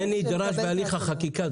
זה נדרש בהליך החקיקה.